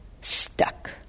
stuck